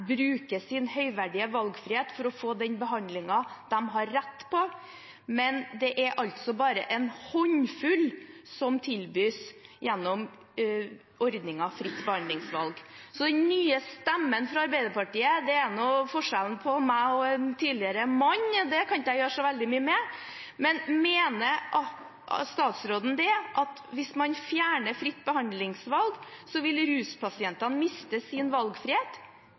bruke sin høyverdige valgfrihet for å få den behandlingen de har rett på, men det er altså bare en håndfull som tilbys gjennom ordningen fritt behandlingsvalg. Den nye stemmen fra Arbeiderpartiet – det at det er forskjell på meg og en mann, som det var tidligere – kan ikke jeg gjøre så veldig mye med. Men mener statsråden at hvis man fjerner fritt behandlingsvalg, vil ruspasientene miste sin valgfrihet? Ja, en rekke rusavhengige vil miste sin valgfrihet